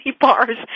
bars